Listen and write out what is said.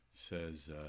Says